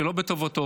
שלא בטובתו,